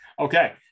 okay